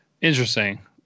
interesting